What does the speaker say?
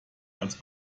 als